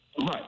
right